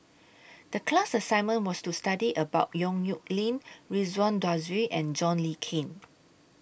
The class assignment was to study about Yong Nyuk Lin Ridzwan Dzafir and John Le Cain